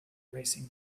racing